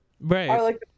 right